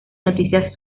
noticias